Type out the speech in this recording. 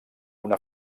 una